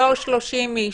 לא 30 איש.